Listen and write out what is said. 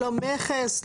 לא מכס,